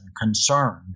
concerned